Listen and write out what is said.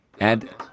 Add